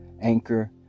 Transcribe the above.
Anchor